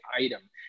item